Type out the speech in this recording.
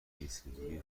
رسیدگی